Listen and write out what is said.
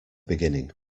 beginning